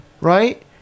Right